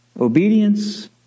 Obedience